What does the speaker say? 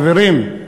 חברים,